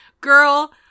Girl